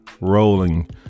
rolling